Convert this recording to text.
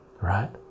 right